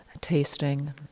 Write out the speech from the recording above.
tasting